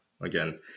again